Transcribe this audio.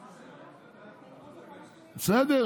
בסדר,